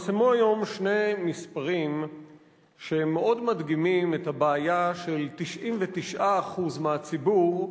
התפרסמו היום שני מספרים שהם מאוד מדגימים את הבעיה של 99% מהציבור,